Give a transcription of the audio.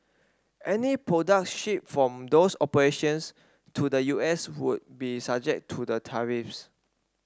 any products shipped from those operations to the U S would be subject to the tariffs